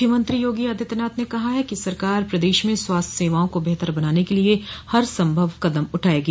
मुख्यमंत्री योगी आदित्यनाथ ने कहा है कि सरकार प्रदेश में स्वास्थ्य सेवाओं को बेहतर बनाने के लिए हर संभव कदम उठायेगी